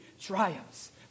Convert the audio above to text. triumphs